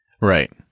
Right